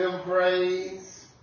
praise